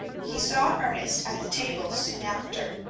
he saw ernest at the table soon after,